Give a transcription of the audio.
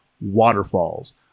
waterfalls